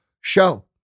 show